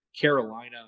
Carolina